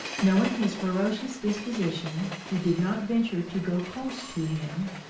knowing his ferocious disposition, he did not venture to go close to him,